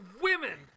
women